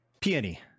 Peony